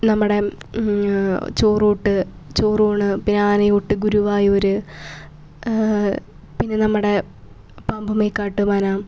നമ്മുടെ ചോറൂട്ട് ചോറൂണ് പിന്നെ ആനയൂട്ട് ഗുരുവായൂര് പിന്നെ നമ്മുടെ പാമ്പുമേക്കാട്ട് മന